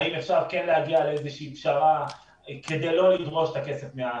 האם אפשר כן להגיע לאיזה שהיא פשרה כדי לא לדרוש את הכסף מהעסקים.